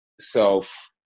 self